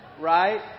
Right